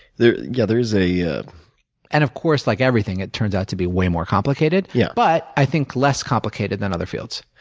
there yeah is a ah and, of course, like everything, it turns out to be way more complicated yeah. but, i think, less complicated than other fields.